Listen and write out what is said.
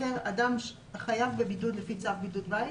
אדם החייב בבידוד לפי צו בידוד בית